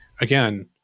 again